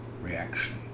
reaction